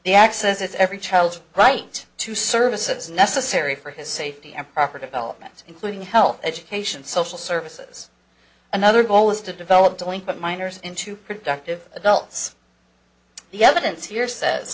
the access is every child's right to services necessary for his safety and proper development including health education social services another goal is to develop joint minors into productive adults the evidence here says